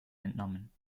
entnommen